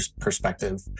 perspective